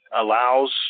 allows